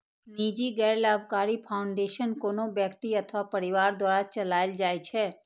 निजी गैर लाभकारी फाउंडेशन कोनो व्यक्ति अथवा परिवार द्वारा चलाएल जाइ छै